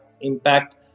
impact